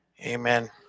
Amen